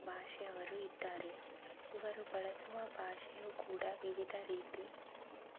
ಭಾಷೆಯವರು ಇದ್ದಾರೆ ಇವರು ಬಳಸುವ ಭಾಷೆಯು ಕೂಡ ವಿವಿಧ ರೀತಿ